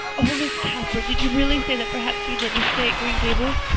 oh, miss cuthbert, did you really say that perhaps you would let me stay at green gables?